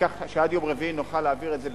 כך שעד יום רביעי נוכל להעביר את זה,